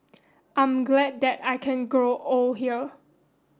I'm glad that I can grow old here